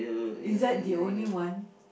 is that the only one